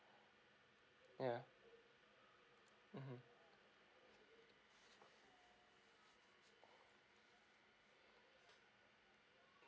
yeah mmhmm